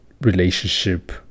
relationship